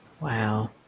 Wow